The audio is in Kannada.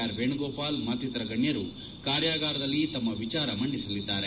ಆರ್ ವೇಣುಗೋಪಾಲ್ ಮತ್ತಿತರ ಗಣ್ಣರು ಕಾರ್ಯಾಗಾರದಲ್ಲಿ ತಮ್ನ ವಿಚಾರ ಮಂಡಿಸಲಿದ್ದಾರೆ